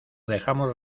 dejamos